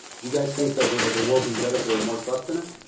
do you guys think that the the world would be better if there were more trust in it?